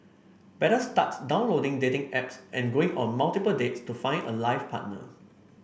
better start downloading dating apps and going on multiple dates to find a life partner